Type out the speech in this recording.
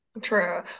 True